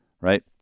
Right